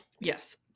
Yes